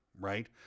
right